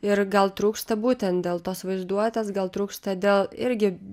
ir gal trūksta būtent dėl tos vaizduotės gal trūksta dėl irgi